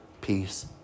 peace